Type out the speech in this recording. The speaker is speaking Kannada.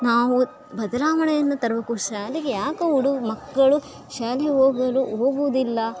ನಾವು ಬದಲಾವಣೆಯನ್ನ ತರೋಕು ಶಾಲೆಗೆ ಯಾಕೆ ಉಡು ಮಕ್ಕಳು ಶಾಲೆ ಹೋಗಲು ಹೋಗುವುದಿಲ್ಲ